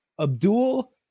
Abdul